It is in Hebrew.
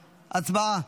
הצבעה.